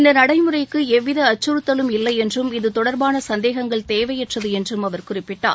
இந்த நடைமுறைக்கு எவ்வித அச்சுறுத்தலும் இல்லையென்றும் இதுதொடர்பான சந்தேகங்கள் தேவையற்றது என்றும் அவர் குறிப்பிட்டார்